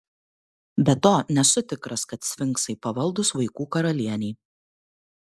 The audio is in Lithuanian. be to nesu tikras kad sfinksai pavaldūs vaikų karalienei